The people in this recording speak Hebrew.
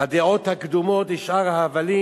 הדעות הקדומות ושאר ההבלים.